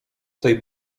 tej